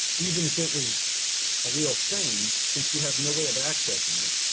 even if it was a real thing, since we have no way of accessing it,